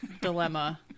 dilemma